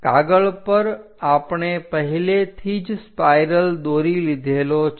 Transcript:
કાગળ પર આપણે પહેલેથી જ સ્પાઇરલ દોરી લીધેલો છે